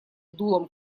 дулом